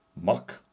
muck